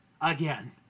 again